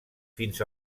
fins